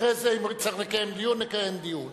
אחרי זה אם נצטרך לקיים דיון, נקיים דיון.